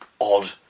odd